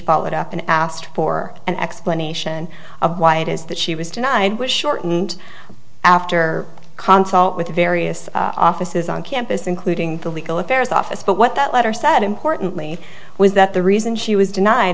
followed up and asked for an explanation of why it is that she was denied was shortened after consol with various offices on campus including the legal affairs office but what that letter said importantly was that the reason she was denied